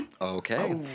Okay